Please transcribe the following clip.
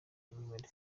development